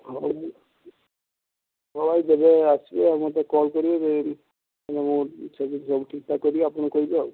ହଉ ଆଉ ମୁଁ ହଉ ଆଜ୍ଞା ଯେବେ ଆସିବେ ଆଉ ମୋତେ କଲ୍ କରିବେ ମୁଁ ଏଠି ସବୁ ଠିକ୍ ଠାକ୍ କରି ଆପଣଙ୍କୁ କହିବି ଆଉ